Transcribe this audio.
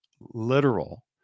literal